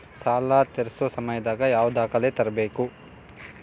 ಸಾಲಾ ತೇರ್ಸೋ ಸಮಯದಾಗ ಯಾವ ದಾಖಲೆ ತರ್ಬೇಕು?